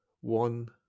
one